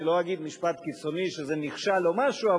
אני לא אגיד משפט קיצוני שזה נכשל או משהו,